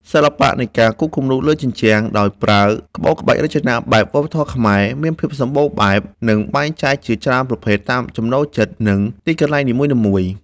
សិល្បៈនៃការគូរគំនូរលើជញ្ជាំងដោយប្រើក្បូរក្បាច់រចនាបែបវប្បធម៌ខ្មែរ មានភាពសម្បូរបែប និងបែងចែកជាច្រើនប្រភេទតាមចំណូលចិត្ត និងទីកន្លែងនីមួយៗ។